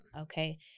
Okay